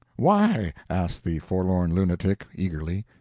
why? asked the forlorn lunatic, eagerly.